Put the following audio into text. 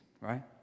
right